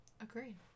Agreed